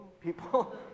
people